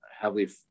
heavily